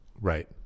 Right